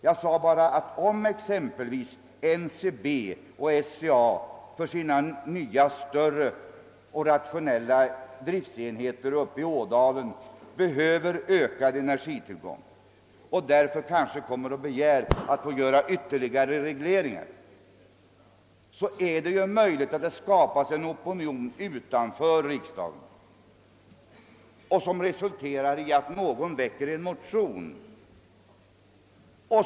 Jag sade bara att om exempelvis NCB och SCA för sina nya större och rationellare driftsenheter i Ådalen behöver ökad energitillgång och därför kanske begär att få göra ytterligare regleringar, är det möjligt att det skapas en opinion utanför riksdagen, som resulterar i att någon väcker en motion.